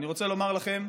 אני רוצה לומר לכם: